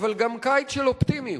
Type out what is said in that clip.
אבל גם קיץ של אופטימיות,